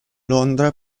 londra